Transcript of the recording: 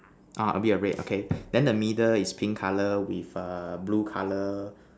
orh a bit of red okay then the middle is pink color with err blue color